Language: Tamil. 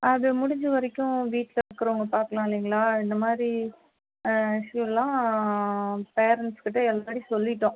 அது முடிஞ்ச வரைக்கும் வீட்டில் இருக்கிறவங்க பார்க்கலாம் இல்லைங்களா இந்த மாதிரி இஷ்யூலாம் பேரண்ட்ஸ் கிட்ட இது மாதிரி சொல்லிட்டோம்